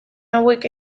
hauek